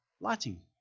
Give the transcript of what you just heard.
lighting